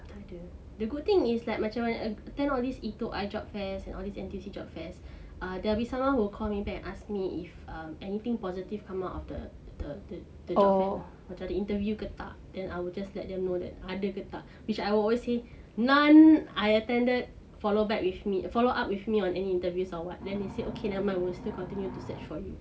tak ada the good thing is like macam I attended all these itu job fairs and all these N_T_U_C job fairs err there will be someone who will call me back and ask me if um anything positive come out of the the the job fair macam ada interview ke tak then I will just let them know that ada ke tak which I will always say none I attended follow back with me follow up with me on any interviews or what then they said okay never mind will still continue to search for you